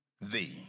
thee